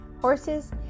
horses